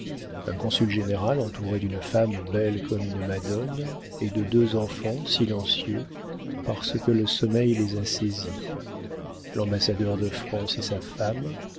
un consul général entouré d'une femme belle comme une madone et de deux enfants silencieux parce que le sommeil les a saisis l'ambassadeur de france et sa femme